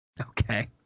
Okay